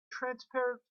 transparent